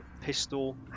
pistol